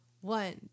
One